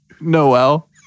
Noel